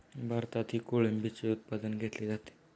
भारतातही कोळंबीचे उत्पादन घेतले जाते